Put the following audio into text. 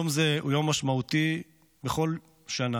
יום זה הוא יום משמעותי בכל שנה,